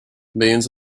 millions